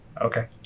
Okay